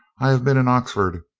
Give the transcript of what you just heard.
i have been in oxford.